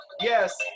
yes